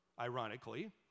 ironically